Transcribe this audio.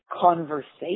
conversation